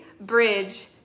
bridge